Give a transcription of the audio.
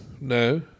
No